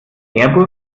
airbus